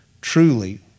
truly